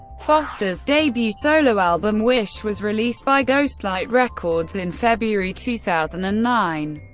foster's debut solo album wish was released by ghostlight records in february two thousand and nine.